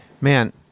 Man